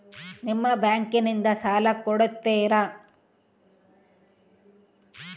ನಿಮ್ಮ ಬ್ಯಾಂಕಿನಿಂದ ಸಾಲ ಕೊಡ್ತೇರಾ?